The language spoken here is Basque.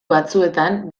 batzuetan